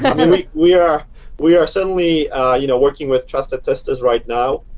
kind of i mean we are we are certainly you know working with trusted testers right now.